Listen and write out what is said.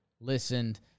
listened